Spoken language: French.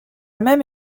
même